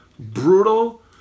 brutal